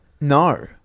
No